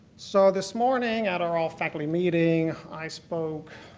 so this morning at our all-faculty meeting, i spoke,